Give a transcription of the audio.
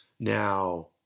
Now